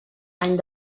any